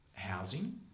housing